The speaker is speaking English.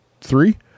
three